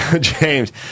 James